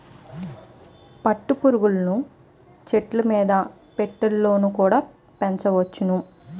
పట్టు పురుగులను చెట్టుమీద పెట్టెలలోన కుడా పెంచొచ్చును